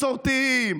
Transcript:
מסורתיים,